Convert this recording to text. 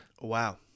Wow